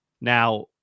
Now